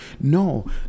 no